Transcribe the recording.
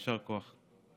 יישר כוח.